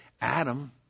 Adam